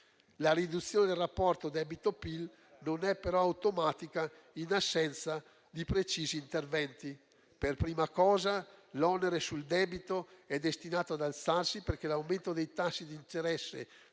La riduzione del rapporto debito/PIL non è, però, automatica in assenza di precisi interventi. Per prima cosa, l'onere sul debito è destinato ad alzarsi perché l'aumento dei tassi di interesse,